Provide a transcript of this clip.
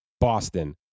Boston